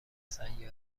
سیارهای